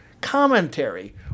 commentary